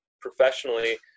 professionally